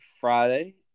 Friday